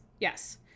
Yes